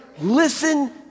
listen